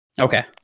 Okay